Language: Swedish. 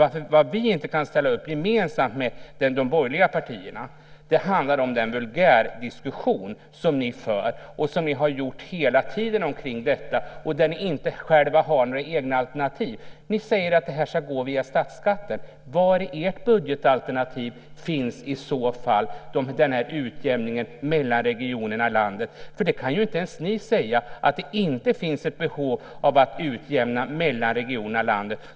Vad vi inte kan ställa upp på tillsammans med de borgerliga partierna är den vulgärdiskussion som ni för och hela tiden har fört omkring detta och där ni inte själva har några egna alternativ. Ni säger att det här ska gå via statsskatten. Var i ert budgetalternativ finns i så fall denna utjämning mellan regionerna i landet? Inte ens ni kan ju säga att det inte finns ett behov av att utjämna mellan regionerna i landet.